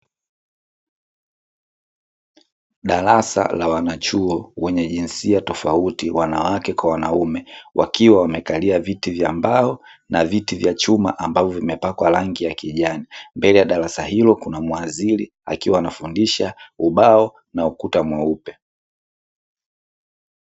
Darasa la wanachuo wenye jinsia tofauti wanawake kwa wanaume, wakiwa wamekalia viti vya mbao na viti vya chuma ambavyo vimepakwa rangi ya kijani, mbele ya darasa hilo kuna mhadhiri akiwa anafundisha ubao na ukuta mweupe.